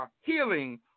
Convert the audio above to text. healing